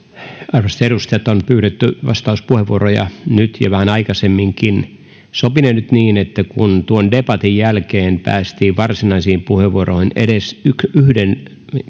arvoisat edustajat on pyydetty vastauspuheenvuoroja nyt ja vähän aikaisemminkin sopinee nyt niin että kun tuon debatin jälkeen päästiin varsinaisiin puheenvuoroihin otetaan edes yhden